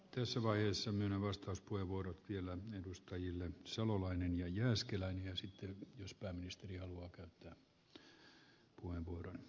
tässä vaiheessa minä vastauspuheenvuorotkielen edustajilleen salolainen ja jääskeläinen ja sitten jos pääministeri herra puhemies